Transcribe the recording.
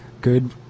good